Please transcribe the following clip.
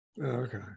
okay